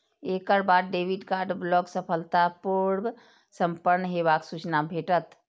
एकर बाद debit card block सफलतापूर्व संपन्न हेबाक सूचना भेटत